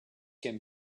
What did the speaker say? him